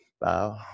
Bow